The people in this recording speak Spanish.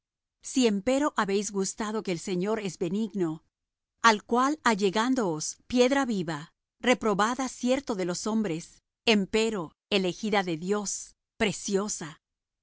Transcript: si empero habéis gustado que el señor es benigno al cual allegándoos piedra viva reprobada cierto de los hombres empero elegida de dios preciosa